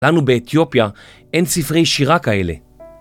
לנו באתיופיה אין ספרי שירה כאלה.